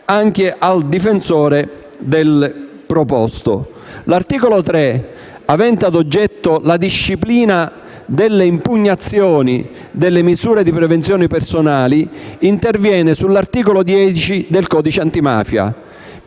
anche al difensore del proposto. L'articolo 3, avente ad oggetto la disciplina delle impugnazioni delle misure di prevenzione personali, interviene sull'articolo 10 del codice antimafia,